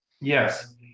Yes